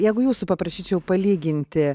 jeigu jūsų paprašyčiau palyginti